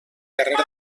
carrer